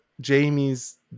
Jamie's